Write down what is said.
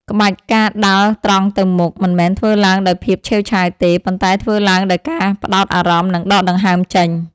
ក្បាច់ ការដាល់ត្រង់ទៅមុខ មិនមែនធ្វើឡើងដោយភាពឆេវឆាវទេ ប៉ុន្តែធ្វើឡើងដោយការផ្ដោតអារម្មណ៍ និងដកដង្ហើមចេញ។